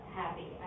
happy